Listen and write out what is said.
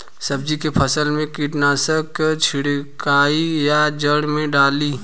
सब्जी के फसल मे कीटनाशक छिड़काई या जड़ मे डाली?